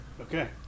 Okay